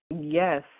Yes